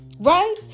right